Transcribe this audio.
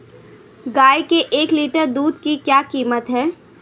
गाय के एक लीटर दूध की क्या कीमत है?